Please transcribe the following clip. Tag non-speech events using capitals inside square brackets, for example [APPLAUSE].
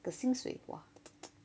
the 薪水 !wah! [NOISE]